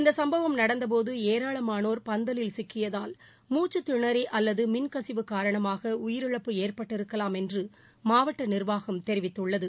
இந்தசம்பவம் நடந்தபோதுஏராளமானோர் பந்தலில் சிக்கியதால் மூச்சுத் திணறிஅல்லதமின்கசிவு காரணமாகஉயிரிழப்பு ஏற்பட்டிருக்கலாம் என்றுமாவட்ட நிர்வாகம் தெரிவித்துள்ளது